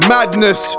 Madness